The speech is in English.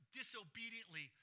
disobediently